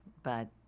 but